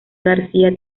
garcía